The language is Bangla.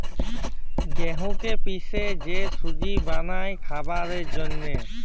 গেঁহুকে পিসে যে সুজি বালাল খাবারের জ্যনহে